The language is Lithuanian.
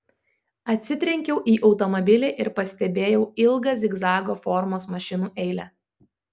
atsitrenkiau į automobilį ir pastebėjau ilgą zigzago formos mašinų eilę